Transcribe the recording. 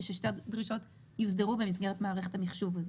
וששתי הדרישות יזדהו במסגרת מערכת המחשוב הזאת.